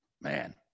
Man